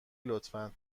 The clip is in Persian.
لطفا